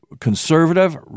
conservative